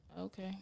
Okay